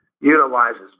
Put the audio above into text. utilizes